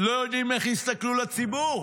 לא יודעים איך יסתכלו לציבור.